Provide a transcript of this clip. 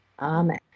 amen